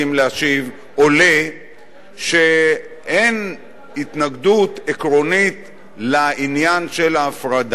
להשיב עולה שאין התנגדות עקרונית לעניין של ההפרדה,